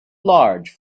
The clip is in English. large